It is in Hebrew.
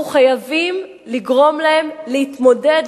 אנחנו חייבים לגרום להם להתמודד,